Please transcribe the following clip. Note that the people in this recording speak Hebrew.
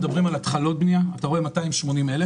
מדברים על התחלות בנייה 280 אלף,